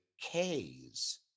K's